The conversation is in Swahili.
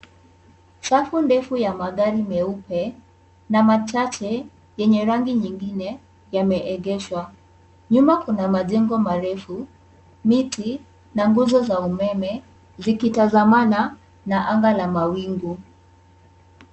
Safu ndefu ya magari meupe na machache yenye rangi nyingine yameegeshwa. Nyuma kuna majengo marefu, miti na nguzo za umeme zikitazamana na anga la mawingu.